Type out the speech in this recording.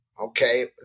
okay